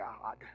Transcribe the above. God